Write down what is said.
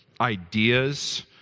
ideas